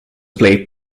play